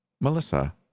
Melissa